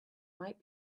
might